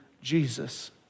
Jesus